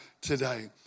today